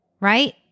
right